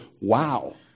Wow